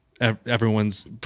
everyone's